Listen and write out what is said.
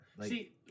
See